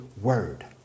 word